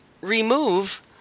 remove